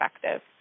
perspective